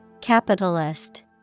Capitalist